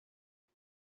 هیچ